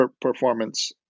performance